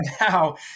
now